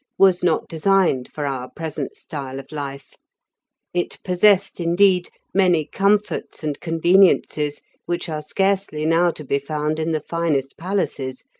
was not designed for our present style of life it possessed, indeed, many comforts and conveniences which are scarcely now to be found in the finest palaces,